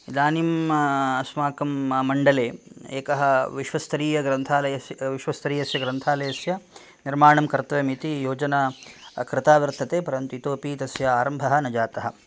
इदानीम् अस्माकं मण्डले एकः विश्वस्तरीयग्रन्थालस्य विश्वस्तरीयस्य ग्रन्थालयस्य निर्माणं कर्तव्यमिति योजना कृता वर्तते परन्तु इतोपि तस्य आरम्भः न जातः